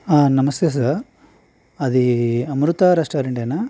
నమస్తే సార్ అది అమృత రెస్టారెంటే నా